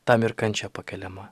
tam ir kančia pakeliama